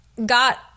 got